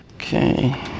Okay